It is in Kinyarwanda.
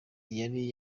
yari